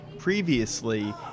previously